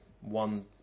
one